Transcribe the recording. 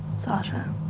sasha.